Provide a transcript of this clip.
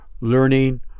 learning